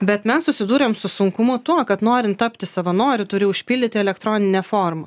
bet mes susidūrėm su sunkumo tuo kad norint tapti savanoriu turi užpildyti elektroninę formą